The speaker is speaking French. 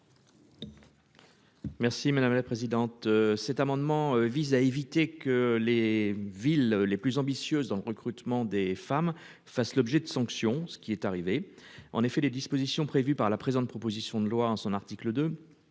Merci madame la présidente. Cet amendement vise à éviter que les villes les plus ambitieuses dans le recrutement des femmes fassent l'objet de sanctions ce qui est arrivé en effet les dispositions prévues par la présente, proposition de loi en son article 2